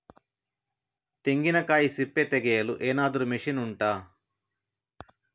ತೆಂಗಿನಕಾಯಿ ಸಿಪ್ಪೆ ತೆಗೆಯಲು ಏನಾದ್ರೂ ಮಷೀನ್ ಉಂಟಾ